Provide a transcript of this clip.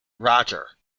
roger